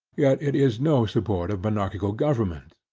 yet it is no support of monarchical government,